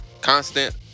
Constant